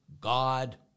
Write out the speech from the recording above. God